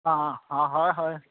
অঁ অঁ অঁ হয় হয়